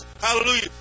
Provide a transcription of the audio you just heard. Hallelujah